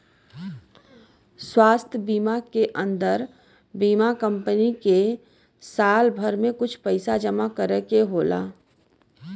स्वास्थ बीमा के अन्दर बीमा कम्पनी के साल भर में कुछ पइसा जमा करे के होला